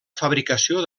fabricació